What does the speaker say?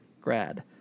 grad